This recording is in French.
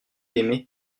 aimé